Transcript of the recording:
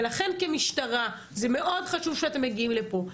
ולכן כמשטרה זה מאוד חשוב שאתם מגיעים לפה,